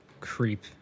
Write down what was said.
creep